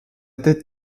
tête